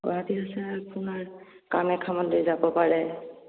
গুৱাহাটীত হৈছে আপোনাৰ কামাখ্যা মন্দিৰ যাব পাৰে